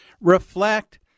reflect